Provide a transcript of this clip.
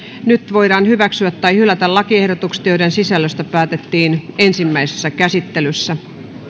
nyt voidaan hyväksyä tai hylätä lakiehdotukset joiden sisällöstä päätettiin ensimmäisessä käsittelyssä